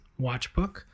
watchbook